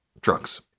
drugs